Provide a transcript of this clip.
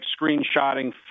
screenshotting